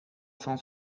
cent